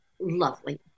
lovely